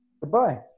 goodbye